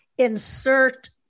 insert